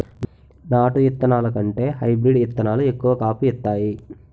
నాటు ఇత్తనాల కంటే హైబ్రీడ్ ఇత్తనాలు ఎక్కువ కాపు ఇత్తాయి